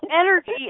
energy